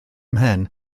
mhen